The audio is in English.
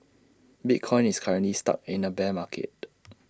bitcoin is currently stuck in A bear market